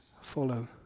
follow